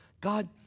God